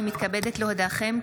אני מתכבדת להודיעכם,